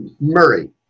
Murray